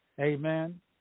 Amen